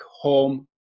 home